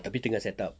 tapi tengah set ah